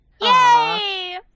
Yay